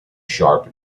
sharp